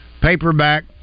Paperback